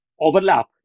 overlap